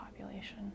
population